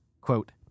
Quote